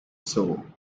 soul